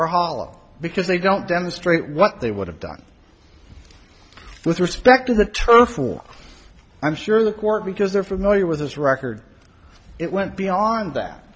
hollow because they don't demonstrate what they would have done with respect to the turf or i'm sure the court because they're familiar with this record it went beyond that